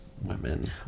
women